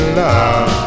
love